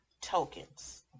tokens